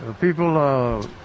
People